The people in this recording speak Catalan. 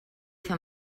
fer